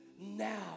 now